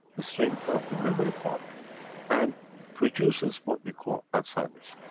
the strength of the memory part and produces what we call alzheimer's.